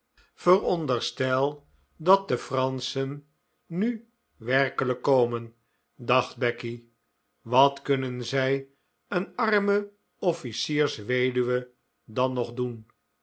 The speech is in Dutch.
veronderstel dat de franschen nu werkelijk komen dacht becky wat kunnen zij een arme officiersweduwe dan nog doen